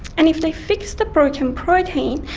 and if they fix the broken protein,